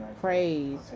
praise